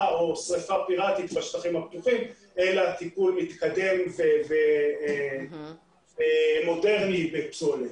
או שריפה פירטית בשטחים הפתוחים אלא טיפול מתקדם ומודרני בפסולת.